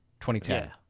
2010